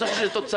בסוף יש תוצאה,